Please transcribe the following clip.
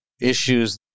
issues